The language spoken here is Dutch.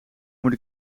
moet